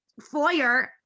foyer